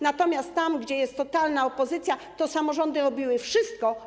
Natomiast tam, gdzie jest totalna opozycja, to samorządy robiły wszystko.